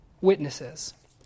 witnesses